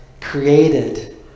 created